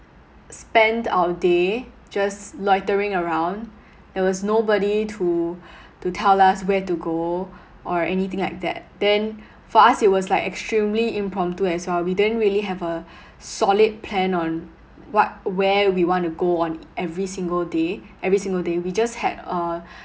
spent our day just loitering around there was nobody to to tell us where to go or anything like that then for us it was like extremely impromptu as well we didn't really have a solid plan on what where we want to go on every single day every single day we just had a